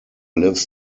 lives